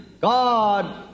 God